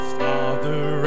father